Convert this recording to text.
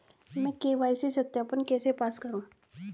मैं के.वाई.सी सत्यापन कैसे पास करूँ?